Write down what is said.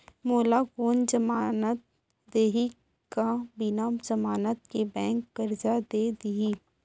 मोला कोन जमानत देहि का बिना जमानत के बैंक करजा दे दिही?